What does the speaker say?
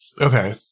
Okay